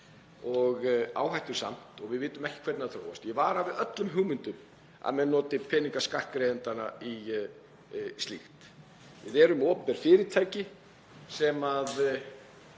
og áhættusamt og við vitum ekki hvernig það þróast og ég vara við öllum hugmyndum um að menn noti peninga skattgreiðendanna í slíkt. Við erum með opinber fyrirtæki sem